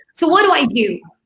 so what do i do?